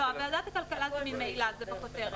ועדת הכלכלה זה ממילא, זה בכותרת.